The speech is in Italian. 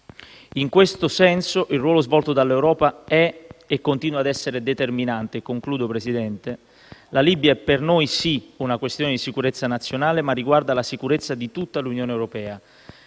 In questo senso il ruolo svolto dall'Europa è e continua ad essere determinante. Concludo, Presidente: la Libia è per noi sì una questione di sicurezza nazionale, ma riguarda la sicurezza di tutta l'Unione europea.